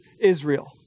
Israel